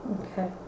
okay